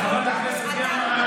חברת הכנסת גרמן,